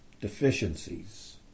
deficiencies